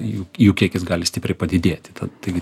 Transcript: jų jų kiekis gali stipriai padidėti tad taigi